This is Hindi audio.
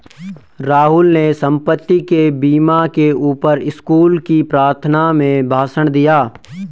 राहुल ने संपत्ति के बीमा के ऊपर स्कूल की प्रार्थना में भाषण दिया